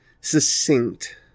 succinct